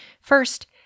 First